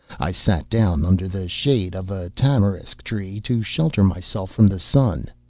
i sat down under the shade of a tamarisk tree to shelter myself from the sun.